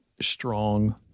strong